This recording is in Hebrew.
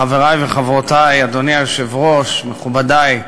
חברי וחברותי, אדוני היושב-ראש, מכובדי,